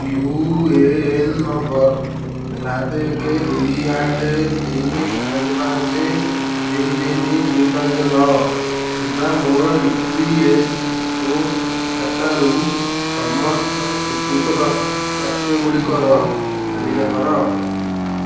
you A N number ସାତ ଏକ ଦୁଇ ଆଠ ତିନି ପାଞ୍ଚ ପାଞ୍ଚ ତିନି ତିନି ଦୁଇ ପାଞ୍ଚ ନଅ ଥିବା ମୋର ଇ ପି ଏଫ୍ ଓ ଖାତାରୁ ସମସ୍ତ ସ୍ଵୀକୃତ ପ୍ରାପ୍ୟଗୁଡ଼ିକର ତାଲିକା କର